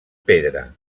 pedra